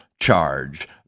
charge